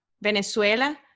Venezuela